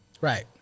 Right